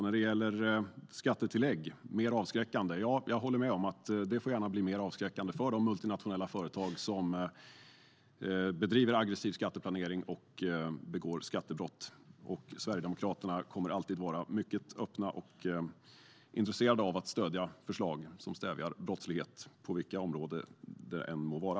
När det gäller skattetillägg håller jag med om att det gärna får blir mer avskräckande för de multinationella företag som bedriver aggressiv skatteplanering och begår skattebrott. Sverigedemokraterna kommer alltid att vara mycket öppna för och intresserade av att stödja förslag som stävjar brottslighet på vilka områden det än må vara.